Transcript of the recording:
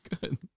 Good